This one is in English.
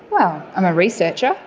well, i'm a researcher,